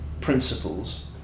principles